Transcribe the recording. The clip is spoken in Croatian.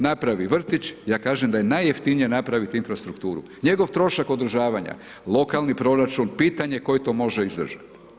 Napravi vrtić, ja kažem da je najjeftinije napraviti infrastrukturu, njegovo trošak održavanja, lokalni proračun, pitanje tko to može izdržati.